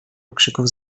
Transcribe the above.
okrzyków